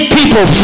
people